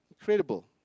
Incredible